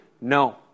no